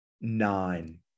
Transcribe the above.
nine